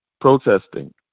protesting